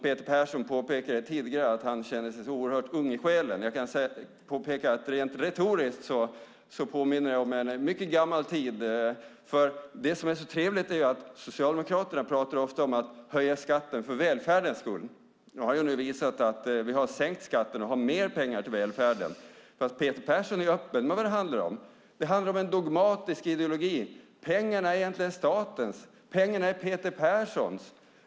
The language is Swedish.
Peter Persson påpekade tidigare att han kände sig ung i själen. Jag kan påpeka att rent retoriskt påminner han om en mycket gammal tid. Det som är så trevligt är att Socialdemokraterna ofta talar om att höja skatten för välfärdens skull. Vi har sänkt skatten och har mer pengar till välfärden. Peter Persson är öppen med vad det handlar om. Det handlar om en dogmatisk ideologi. Pengarna är egentligen statens och Peter Perssons.